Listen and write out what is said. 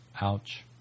Ouch